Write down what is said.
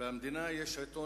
במדינה יש עיתון,